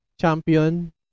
champion